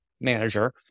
manager